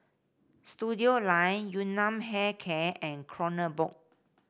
Studioline Yun Nam Hair Care and Kronenbourg